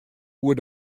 oer